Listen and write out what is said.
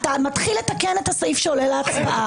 אתה מתחיל לתקן את הסעיף שעולה להצבעה.